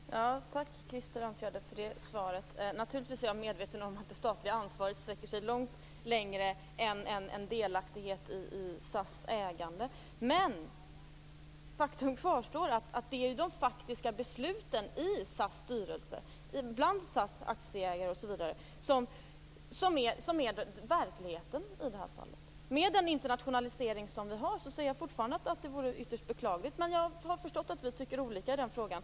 Herr talman! Tack, Krister Örnfjäder, för det svaret. Naturligtvis är jag medveten om att det statliga ansvaret sträcker sig längre än till delaktighet i ägandet av SAS. Men faktum kvarstår: Det är de faktiska besluten i SAS styrelse, bland SAS aktieägare, osv. som är verkligheten i det här fallet. Med hänsyn till den internationalisering vi har anser jag fortfarande att detta förslag är ytterst beklagligt, men jag har förstått att vi tycker olika i den frågan.